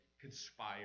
conspire